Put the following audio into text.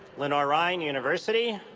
lenoir-rhyne university.